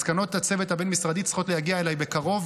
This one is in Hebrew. מסקנות הצוות הבין-משרדי צריכות להגיע אליי בקרוב,